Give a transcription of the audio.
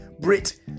Brit